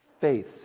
faith